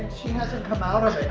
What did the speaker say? she hasn't come out of